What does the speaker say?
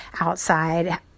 outside